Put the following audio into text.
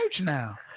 now